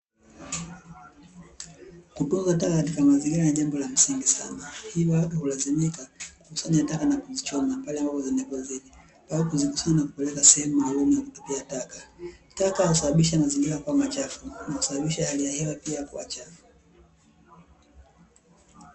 Kutupa taka katika mazingira ni jambo la msingi sana, hivyo hulazimika kukusanya taka na kuzichoma pale ambapo zinapozidi, au kuzikusanya na kupeleka sehemu maalum ya kutupia taka. Taka husababisha mazingira kuwa machafu na hali ya hewa pia kuwa chafu.